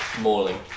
mauling